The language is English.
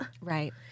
Right